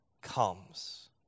Comes